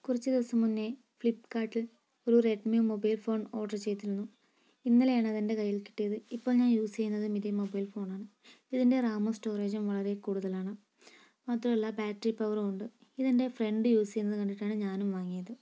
കുറച്ചു ദിവസം മുൻപെ ഫ്ലിപ്പ്കാർട്ടിൽ ഒരു റെഡ്മി മൊബൈൽ ഫോൺ ഓർഡർ ചെയ്തിരുന്നു ഇന്നലെയാണ് അത് എൻ്റെ കൈയ്യിൽ കിട്ടിയത് ഇപ്പോൾ ഞാൻ യൂസ് ചെയ്യുന്നതും ഇതേ മൊബൈൽ ഫോൺ ആണ് ഇതിൻ്റെ റാമും സ്റ്റോറേജും വളരെ കൂടുതലാണ് മാത്രമല്ല ബാറ്ററി പവറും ഉണ്ട് ഇത് എൻ്റെ ഫ്രണ്ട് യൂസ് ചെയ്യുന്നത് കണ്ടിട്ടാണ് ഞാനും വാങ്ങിയത്